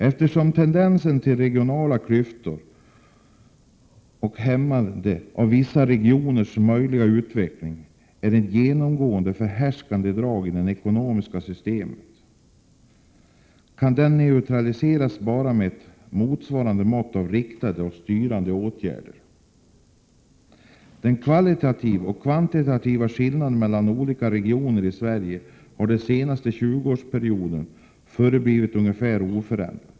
Eftersom tendensen till regionala klyftor och hämmande av vissa regioners möjliga utveckling är ett genomgående och förhärskande drag i det ekonomiska systemet, kan den neutraliseras bara med ett motsvarande mått av riktade och styrande åtgärder. De kvantitativa och kvalitativa skillnaderna mellan olika regioner i Sverige har under den senaste 20-årsperioden förblivit ungefär oförändrade.